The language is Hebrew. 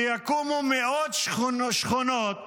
יקומו מאות שכונות